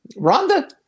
Rhonda